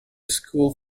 school